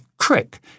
trick